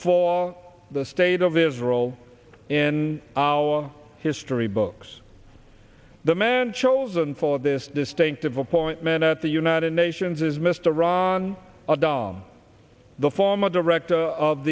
for the state of israel in our history books the man chosen for this distinctive appointment at the united nations is mr ron of dom the former director of